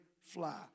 fly